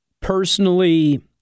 personally